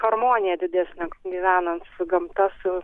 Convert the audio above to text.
harmonija didesnė gyvenant su gamta su